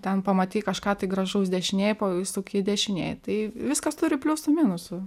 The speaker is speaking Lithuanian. ten pamatei kažką tai gražaus dešinėj pasuki dešinėj tai viskas turi pliusų minusų